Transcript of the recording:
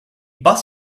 bus